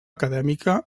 acadèmica